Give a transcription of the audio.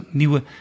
nieuwe